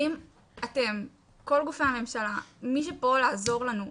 אם אתם, כל גופי הממשלה, מי שפה לעזור לנו.